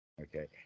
Okay